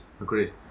agreed